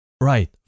Right